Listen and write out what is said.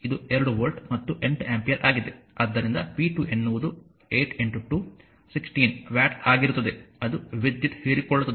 ಆದ್ದರಿಂದ p2 ಎನ್ನುವುದು 82 16 watt ಆಗಿರುತ್ತದೆ ಅದು ವಿದ್ಯುತ್ ಹೀರಿಕೊಳ್ಳುತ್ತದೆ